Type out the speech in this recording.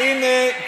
על: הנה,